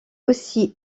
aussi